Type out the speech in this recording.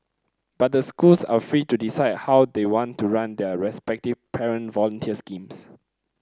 but the schools are free to decide how they want to run their respective parent volunteer schemes